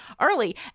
early